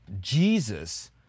Jesus